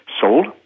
sold